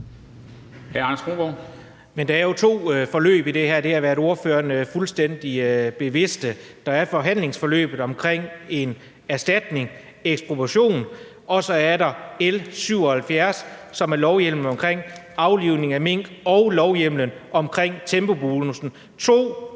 er jo to forløb i det her. Det har ordføreren været fuldstændig bevidst om. Der er forhandlingsforløbet omkring en erstatning, ekspropriation, og så er der L 77, som er lovhjemlen omkring aflivning af mink og lovhjemlen omkring tempobonussen.